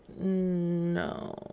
No